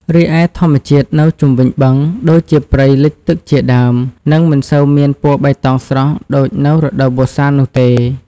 រីឯធម្មជាតិនៅជុំវិញបឹង ដូចជាព្រៃលិចទឹកជាដើម នឹងមិនសូវមានពណ៌បៃតងស្រស់ដូចនៅរដូវវស្សានោះទេ។